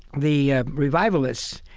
the revivalists,